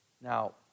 now